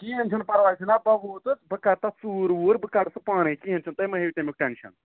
کِہیٖنۍ چھُنہٕ پَرواے جِناب بہٕ ووتُس بہٕ کَرٕ تتھ ژوٗر ووٗر بہٕ کَڈٕ سُہ پانے کیٚنٛہہ چھُنہٕ تُہۍ مٔہ ہیٚیِو تَمیُک ٹٮ۪نشَن